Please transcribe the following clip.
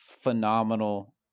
phenomenal